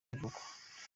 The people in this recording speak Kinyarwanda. ibivugwa